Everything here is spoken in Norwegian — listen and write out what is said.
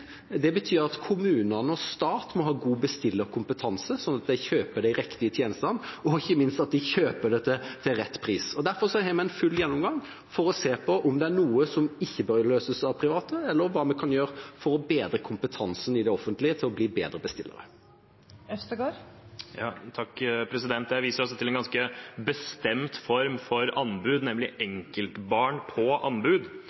stat må ha god bestillerkompetanse, slik at de kjøper de riktige tjenestene, og ikke minst at de kjøper det til rett pris. Derfor har vi en full gjennomgang for å se på om det er noe som ikke bør løses av private, eller hva en kan gjøre for å bedre kompetansen i det offentlige til å bli bedre bestillere. Jeg viser altså til en ganske bestemt form for anbud, nemlig enkeltbarn på anbud.